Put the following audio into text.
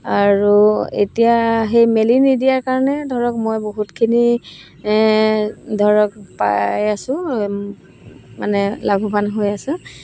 আৰু এতিয়া সেই মেলি নিদিয়াৰ কাৰণে ধৰক মই বহুতখিনি ধৰক পাই আছো মানে লাভৱান হৈ আছো